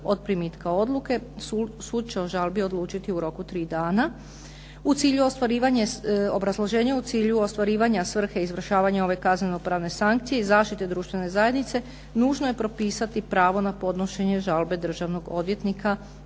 od primitka odluke. Sud će o žalbi odlučiti u roku od tri dana“ Obrazloženje u cilju ostvarivanja svrhe izvršavanja ove kazneno-pravne sankcije i zaštite društvene zajednice nužno je propisati pravo na podnošenje žalbe državnog odvjetnika na